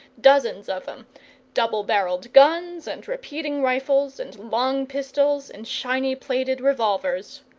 dozens of em double-barrelled guns, and repeating-rifles, and long pistols, and shiny plated revolvers.